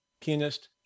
pianist